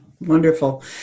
wonderful